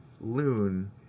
loon